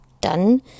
done